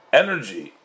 energy